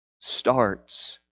starts